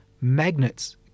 magnets